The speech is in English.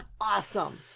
Awesome